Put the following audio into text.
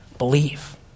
believe